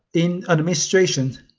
in an administration.